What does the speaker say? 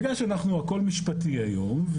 בגלל שהכול משפטי היום,